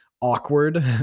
awkward